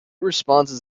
responses